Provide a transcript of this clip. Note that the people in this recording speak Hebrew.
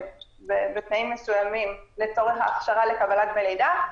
בתנאים מסוימים, לצורך הכשרה לקבלת דמי לידה.